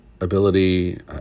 ability